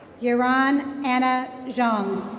yaron anna jeong.